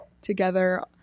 together